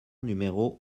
numéro